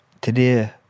today